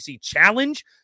Challenge